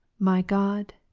my god,